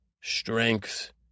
strength